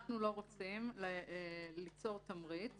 אנחנו לא רוצים ליצור תמריץ